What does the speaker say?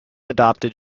adopted